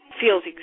feels